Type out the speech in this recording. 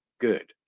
good